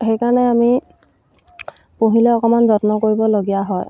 সেইকাৰণে আমি পুহিলে অকমান যত্ন কৰিবলগীয়া হয়